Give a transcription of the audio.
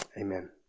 amen